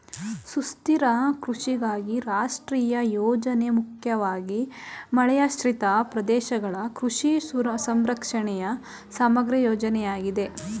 ಸುಸ್ಥಿರ ಕೃಷಿಗಾಗಿ ರಾಷ್ಟ್ರೀಯ ಯೋಜನೆ ಮುಖ್ಯವಾಗಿ ಮಳೆಯಾಶ್ರಿತ ಪ್ರದೇಶಗಳ ಕೃಷಿ ಸಂರಕ್ಷಣೆಯ ಸಮಗ್ರ ಯೋಜನೆಯಾಗಿದೆ